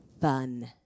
fun